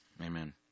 Amen